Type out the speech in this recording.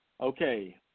okay